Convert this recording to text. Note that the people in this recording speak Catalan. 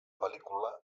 pel·lícula